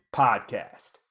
podcast